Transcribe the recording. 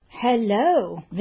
Hello